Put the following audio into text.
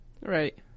Right